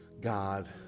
god